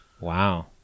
Wow